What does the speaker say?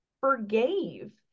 forgave